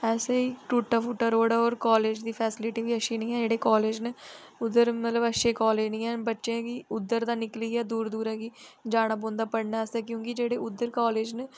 ऐसे ही टुटा फुट्टा रोड़ ऐ होर कालेज़ दी फैस्लिटी बी अच्छी नी ऐ जेह्ड़े कालेज़ न उद्धर मतलब अच्छे कॉलेज़ नी ऐ बच्चें गी उद्धर दा निकलियै दूर दूरै गी जाना पौंदा पढ़ने आस्तै क्योंकि जेह्ड़े उद्धर कालेज़ न